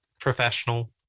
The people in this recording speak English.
professional